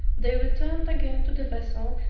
they returned again to the vessel,